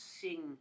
sing